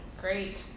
great